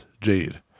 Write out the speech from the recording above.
Jade